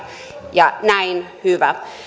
ja näin on hyvä